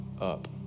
up